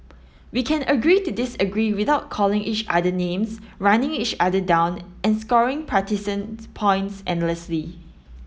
we can agree to disagree without calling each other names running each other down and scoring partisan points endlessly